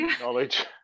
knowledge